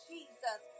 Jesus